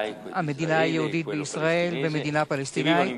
המדינה היהודית בישראל ומדינה פלסטינית,